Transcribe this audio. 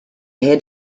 head